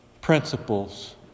Principles